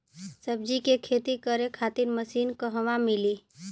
सब्जी के खेती करे खातिर मशीन कहवा मिली?